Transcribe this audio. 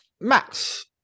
Max